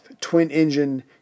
twin-engine